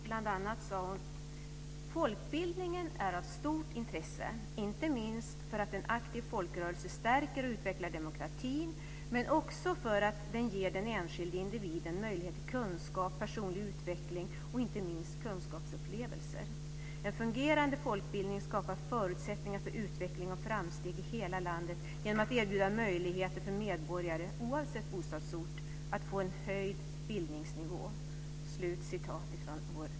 Bl.a. sade hon: "Folkbildningen är av stort nationellt intresse, inte minst för att en aktiv folkbildningsrörelse stärker och utvecklar demokratin men också för att den ger den enskilde individen möjlighet till kunskap, personlig utveckling och inte minst kulturupplevelser. En fungerande folkbildning skapar förutsättningar för utveckling och framsteg i hela landet genom att erbjuda möjligheter för medborgare, oavsett bostadsort, att få en höjd bildningsnivå."